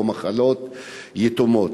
או מחלות יתומות.